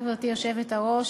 גברתי היושבת-ראש,